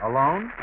Alone